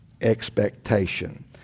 expectation